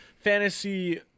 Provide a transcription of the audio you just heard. fantasy